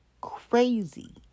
crazy